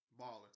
baller